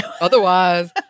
Otherwise